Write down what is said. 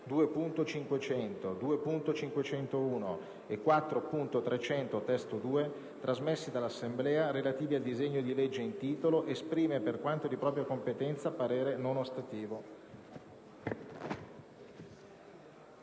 2.500, 2.501 e 4.300 (testo 2), trasmessi dall'Assemblea, relativi al disegno di legge in titolo, esprime, per quanto di competenza, parere non ostativo».